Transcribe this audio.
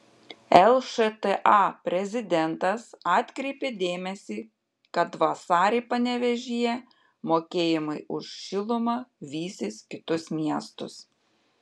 lšta prezidentas atkreipė dėmesį kad vasarį panevėžyje mokėjimai už šilumą vysis kitus miestus